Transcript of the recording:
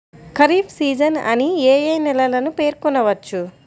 Kharif season అని ఏ ఏ నెలలను పేర్కొనవచ్చు?